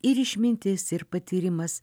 ir išmintis ir patyrimas